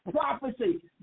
prophecy